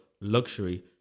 luxury